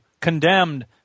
Condemned